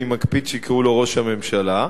אני מקפיד שיקראו לו ראש הממשלה.